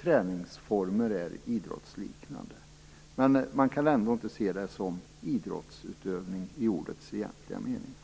träningsformen är idrottsliknande. Man kan ändå inte se det som idrottsutövning i ordets egentliga mening.